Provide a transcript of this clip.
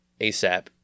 ASAP